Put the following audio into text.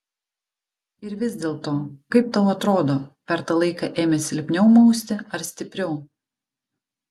ir vis dėlto kaip tau atrodo per tą laiką ėmė silpniau mausti ar stipriau